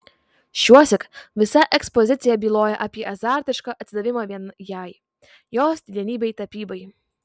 šiuosyk visa ekspozicija byloja apie azartišką atsidavimą vien jai jos didenybei tapybai